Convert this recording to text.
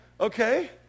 Okay